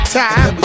time